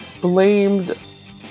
blamed